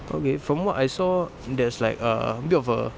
okay from what I saw there's like err a bit of a